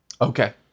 Okay